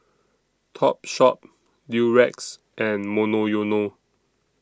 Topshop Durex and Monoyono